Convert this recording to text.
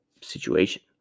situation